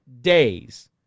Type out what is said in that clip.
days